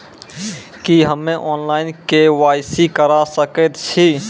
की हम्मे online, KYC करा सकैत छी?